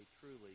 truly